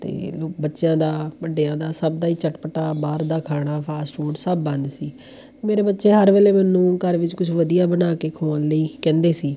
ਅਤੇ ਬੱਚਿਆਂ ਦਾ ਵੱਡਿਆਂ ਦਾ ਸਭ ਦਾ ਹੀ ਚਟਪਟਾ ਬਾਹਰ ਦਾ ਖਾਣਾ ਫਾਸਟ ਫੂਡ ਸਭ ਬੰਦ ਸੀ ਮੇਰੇ ਬੱਚੇ ਹਰ ਵੇਲੇ ਮੈਨੂੰ ਘਰ ਵਿੱਚ ਕੁਛ ਵਧੀਆ ਬਣਾ ਕੇ ਖਵਾਉਣ ਲਈ ਕਹਿੰਦੇ ਸੀ